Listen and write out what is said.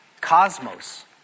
cosmos